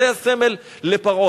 זה היה סמל לפרעה,